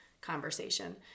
conversation